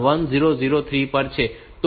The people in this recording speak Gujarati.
તો આ મારી આગામી સૂચના છે